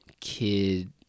kid